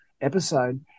episode